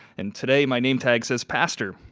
and today my name tag says pastor.